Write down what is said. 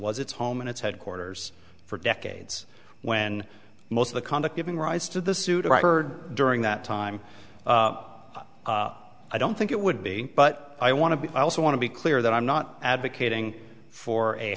was its home and its headquarters for decades when most of the conduct given rise to the suit i heard during that time i don't think it would be but i want to be i also want to be clear that i'm not advocating for a